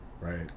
right